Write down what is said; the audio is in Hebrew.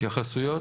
התייחסויות.